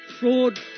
fraud